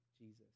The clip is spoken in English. Jesus